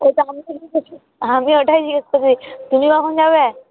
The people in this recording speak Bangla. আমি ওটাই জিজ্ঞেস করছি তুমি কখন যাবে